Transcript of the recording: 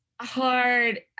hard